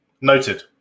Noted